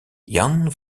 jan